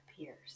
appears